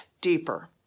deeper